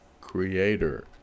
creator